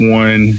one